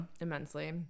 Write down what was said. immensely